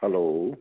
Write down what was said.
hello